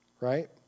right